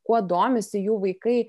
kuo domisi jų vaikai